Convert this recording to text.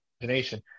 imagination